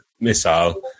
missile